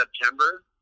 September